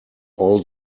all